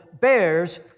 bears